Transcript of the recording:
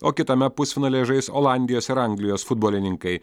o kitame pusfinalyje žais olandijos ir anglijos futbolininkai